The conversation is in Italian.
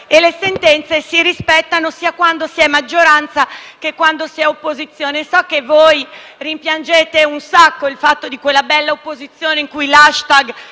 e le sentenze si rispettano sia quando si è maggioranza che quando si è opposizione. So che voi rimpiangete un sacco quella bella opposizione con *l'hashtag*